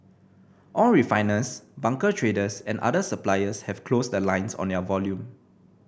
all refiners bunker traders and other suppliers have closed the lines on their volume